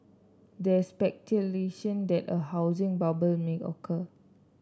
there is speculation that a housing bubble may occur